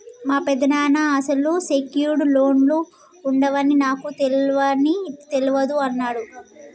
మా పెదనాన్న అసలు సెక్యూర్డ్ లోన్లు ఉండవని నాకు తెలవని తెలవదు అన్నడు